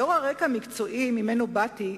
לאור הרקע המקצועי שממנו באתי,